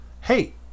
Hey